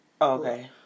okay